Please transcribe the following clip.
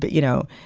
but you know,